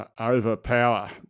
overpower